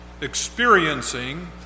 experiencing